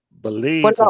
Believe